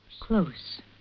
Close